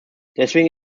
deswegen